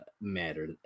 matter